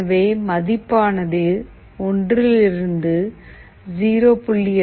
எனவே மதிப்பானது ஒன்றிலிருந்து 0